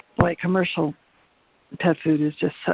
boy, commercial pet food is just, so